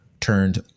Turned